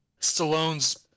Stallone's